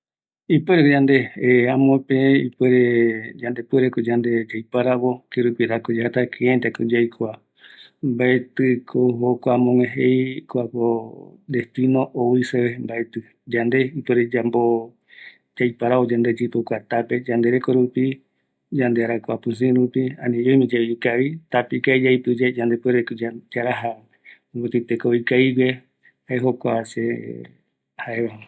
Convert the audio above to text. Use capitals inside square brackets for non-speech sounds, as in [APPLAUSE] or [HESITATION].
﻿Ipuerekoyande [HESITATION] amope, ipuere, yandepuereko yande yaiparavo, kerupirako yata, kiraitako yaikova mbaetiko jokua amogue jei kuako destinoi oiseve mbaetiko, yande ipuere yambo yaiparavo jokua tape yandereko rupi, yandearakua pisii rupi, ani oimeyave ikavi, tape ikavigue yaipiyae, yande puereko yaraja mopeti teko ikavigue jae jokua se jae